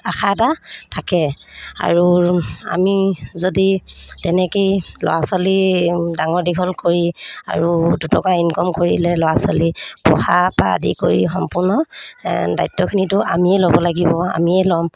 আশা এটা থাকে আৰু আমি যদি তেনেকৈয়ে ল'ৰা ছোৱালী ডাঙৰ দীঘল কৰি আৰু দুটকা ইনকম কৰিলে ল'ৰা ছোৱালী পঢ়াৰপৰা আদি কৰি সম্পূৰ্ণ দায়িত্বখিনিটো আমিয়ে ল'ব লাগিব আমিয়ে ল'ম